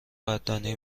قدردانی